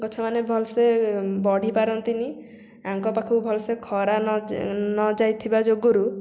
ଗଛମାନେ ଭଲସେ ବଢ଼ି ପାରନ୍ତିନି ଆଙ୍କ ପାଖକୁ ଭଲସେ ଖରା ନ ଯା ନଯାଇଥିବା ଯୋଗୁରୁ